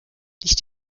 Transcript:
nicht